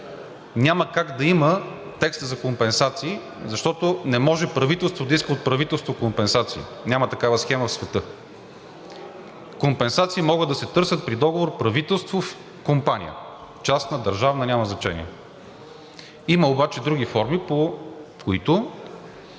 няма как да има текста за компенсации, защото не може правителство да иска от правителство компенсации, няма такава схема в света. Компенсации могат да се търсят при договор правителство – компания – частна, държавна, няма значение. Има обаче други форми, по които